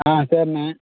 ஆ சரிண்ணே